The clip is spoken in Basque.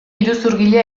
iruzurgile